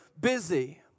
busy